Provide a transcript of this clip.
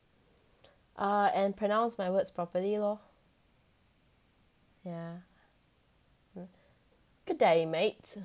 err I pronounce my words properly lor yeah good day mate